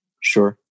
Sure